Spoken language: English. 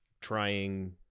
trying